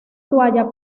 toalla